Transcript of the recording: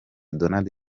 donald